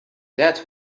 that